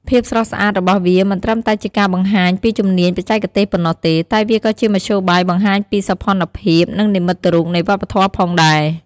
ភាពស្រស់ស្អាតរបស់វាមិនត្រឹមតែជាការបង្ហាញពីជំនាញបច្ចេកទេសប៉ុណ្ណោះទេ តែវាក៏ជាមធ្យោបាយបង្ហាញពីសោភ័ណភាព និងនិមិត្តរូបនៃវប្បធម៌ផងដែរ។